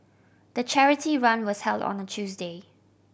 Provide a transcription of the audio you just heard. the charity run was held on a Tuesday